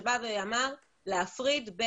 שאמר להפריד.